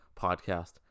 Podcast